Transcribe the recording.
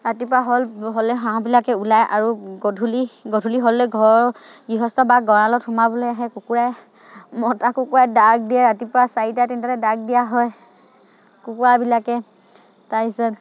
ৰাতিপুৱা হ'ল হ'লে হাঁহবিলাকে ওলায় আৰু গধূলি গধূলি হ'লে ঘৰৰ গৃহস্থ বা গঁৰালত সোমাবলৈ আহে কুকুৰাই মতা কুকুৰাই দাগ দিয়ে ৰাতিপুৱা চাৰিটা তিনিটাতে দাগ দিয়া হয় কুকুৰাবিলাকে তাৰ পিছত